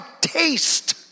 taste